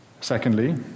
Secondly